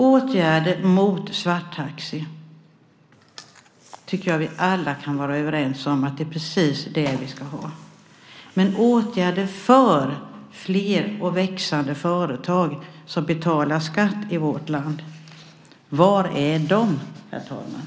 Jag tycker att vi alla kan vara överens om att vi ska ha åtgärder mot svarttaxi. Men var är åtgärderna för fler och växande företag som betalar skatt i vårt land, herr talman?